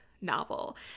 novel